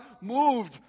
moved